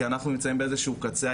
כי אנחנו נמצאים באיזשהו קצה.